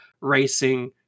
racing